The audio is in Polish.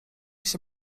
się